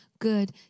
good